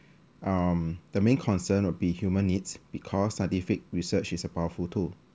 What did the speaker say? um the main concern will be human needs because scientific research is a powerful tool